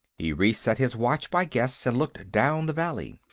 he reset his watch by guess and looked down the valley.